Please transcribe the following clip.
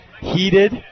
heated